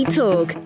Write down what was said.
talk